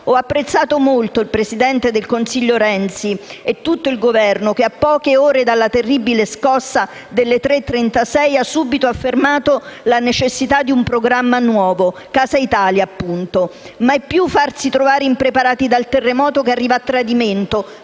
Ho apprezzato molto il presidente del Consiglio Renzi e tutto il Governo che, a poche ore dalla terribile scossa delle 3,36, ha affermato la necessità di un programma nuovo: Casa Italia, appunto. Mai più farsi trovare impreparati dal terremoto che arriva a tradimento,